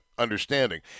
understanding